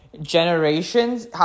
generations